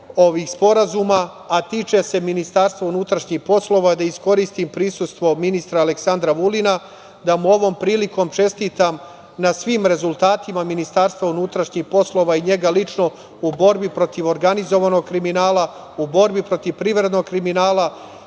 a tiče se Ministarstva unutrašnjih poslova, da iskoristim prisustvo ministra Aleksandra Vulina, da mu ovom prilikom čestitam na svim rezultatima Ministarstva unutrašnjih poslova i njega lično u borbi protiv organizovanog kriminala, u borbi protiv privrednog